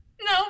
No